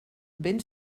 ben